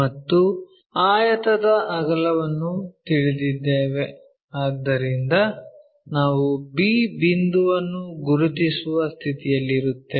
ಮತ್ತು ಆಯತದ ಅಗಲವನ್ನು ತಿಳಿದಿದ್ದೇವೆ ಆದ್ದರಿಂದ ನಾವು b ಬಿಂದುವನ್ನು ಗುರುತಿಸುವ ಸ್ಥಿತಿಯಲ್ಲಿರುತ್ತೇವೆ